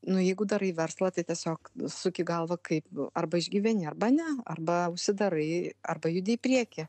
nu jeigu darai verslą tai tiesiog suki galvą kaip arba išgyveni arba ne arba užsidarai arba judi į priekį